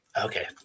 okay